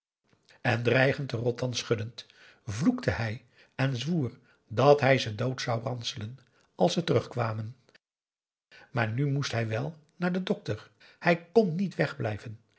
en dreigend de rotan schuddend vloekte hij en zwoer dat hij ze dood zou ranselen als ze terugkwamen maar nu moest hij wel naar den dokter hij kon niet wegblijven